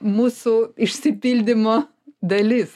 mūsų išsipildymo dalis